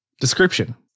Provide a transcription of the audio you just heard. Description